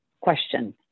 Question